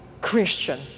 Christian